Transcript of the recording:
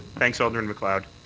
thanks, alderman macleod.